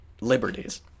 liberties